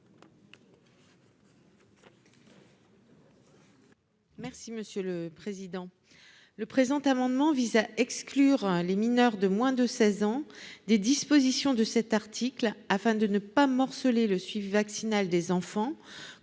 Merci monsieur le président, le présent amendement vise à exclure les mineurs de moins de 16 ans des dispositions de cet article afin de ne pas morceler le suivi vaccinal des enfants,